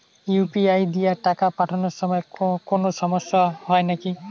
UPI দিয়া টাকা পাঠের সময় কোনো সমস্যা হয় নাকি?